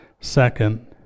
Second